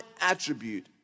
attribute